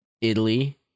Italy